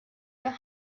the